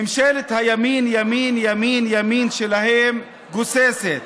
ממשלת הימין, ימין, ימין, ימין שלהם גוססת.